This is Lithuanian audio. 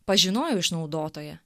pažinojo išnaudotoją